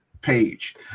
page